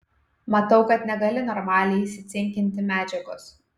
matau kad negali normaliai įsicinkinti medžiagos